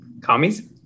Commies